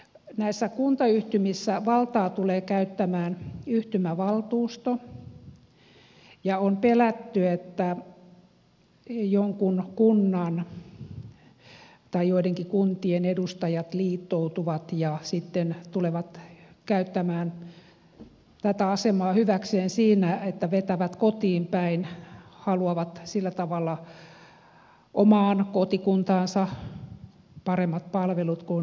näissä kuntayhtymissä valtaa tulee käyttämään yhtymävaltuusto ja on pelätty että joidenkin kuntien edustajat liittoutuvat ja sitten tulevat käyttämään tätä asemaa hyväkseen siinä että vetävät kotiin päin haluavat sillä tavalla omaan kotikuntaansa paremmat palvelut kuin naapurikuntaan